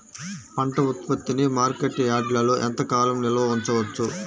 పంట ఉత్పత్తిని మార్కెట్ యార్డ్లలో ఎంతకాలం నిల్వ ఉంచవచ్చు?